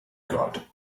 god